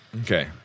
Okay